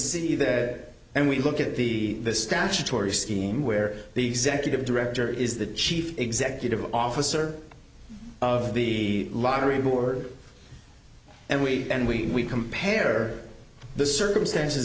see that and we look at the statutory scheme where the executive director is the chief executive officer of the lottery board and we then we compare the circumstances